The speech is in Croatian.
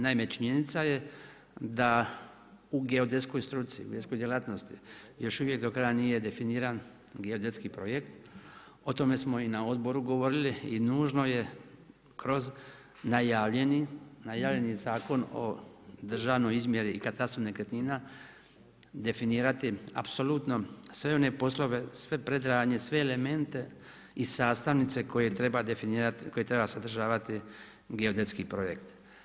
Naime činjenica je da u geodetskoj struci, geodetskoj djelatnosti još uvijek do kraja nije definiran geodetski projekt, o tome su i na odboru govorili i nužno kroz najavljeni Zakon o državnoj izmjeri katastru nekretnina definirati apsolutno sve one poslove, sve predradnje, sve elemente i sastavnice koje treba definirati, koje trebaju sadržavati geodetski projekt.